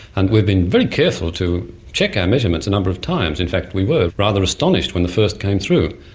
and we've been very careful to check our measurements a number of times. in fact we were rather astonished when the first came through.